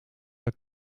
haar